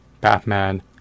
Batman